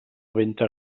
ventre